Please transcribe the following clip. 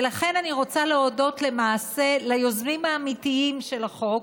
ולכן אני רוצה להודות למעשה ליוזמים האמיתיים של החוק,